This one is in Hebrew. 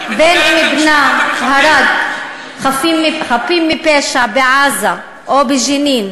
היא מדברת על משפחות המחבלים?